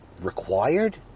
required